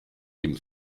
dem